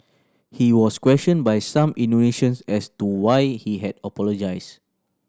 he was questioned by some Indonesians as to why he had apologised